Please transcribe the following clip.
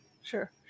Sure